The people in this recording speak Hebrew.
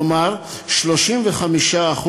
כלומר 35%,